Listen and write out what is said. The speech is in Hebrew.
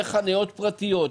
וחניות פרטיות,